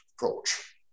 approach